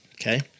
okay